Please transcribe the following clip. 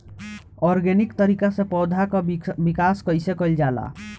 Organic तरीका से पौधा क विकास कइसे कईल जाला?